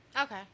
Okay